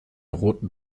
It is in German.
roten